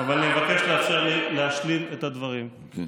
אני מבקש לאפשר לי להשלים את הדברים.